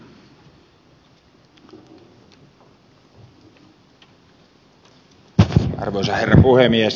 arvoisa herra puhemies